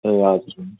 ए हजुर हुन्छ